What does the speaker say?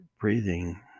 breathing